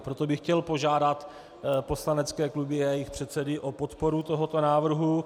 Proto bych chtěl požádat poslanecké kluby a jejich předsedy o podporu tohoto návrhu.